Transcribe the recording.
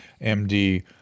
M-D